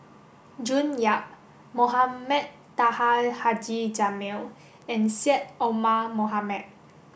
June Yap Mohamed Taha Haji Jamil and Syed Omar Mohamed